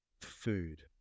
food